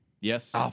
Yes